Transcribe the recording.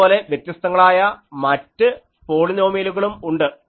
അതുപോലെ വ്യത്യസ്തങ്ങളായ മറ്റ് പോളിനോമിയലുകളും ഉണ്ട്